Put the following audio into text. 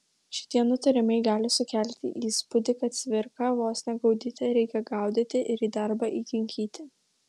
šitie nutarimai gali sukelti įspūdį kad cvirką vos ne gaudyte reikia gaudyti ir į darbą įkinkyti